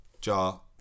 jar